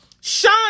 shine